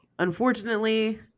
Unfortunately